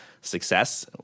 success